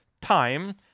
Time